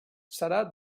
serà